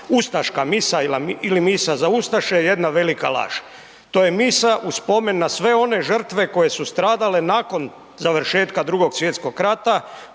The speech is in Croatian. ustaška misa ili misa za ustaše je jedna velika laž, to je misa u spomen na sve one žrtve koje su stradale nakon završetka II. svjetskog rata